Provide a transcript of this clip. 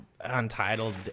Untitled